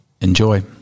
enjoy